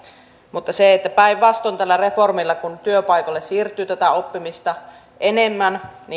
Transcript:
mutta päinvastoin tällä reformilla kun työpaikoille siirtyy oppimista enemmän